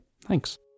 Thanks